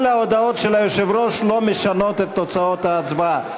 כל ההודעות של היושב-ראש לא משנות את תוצאות ההצבעה.